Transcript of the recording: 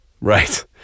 right